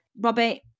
Robbie